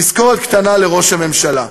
תזכורת קטנה לראש הממשלה.